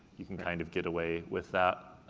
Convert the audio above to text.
you can kind of get away with that.